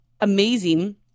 amazing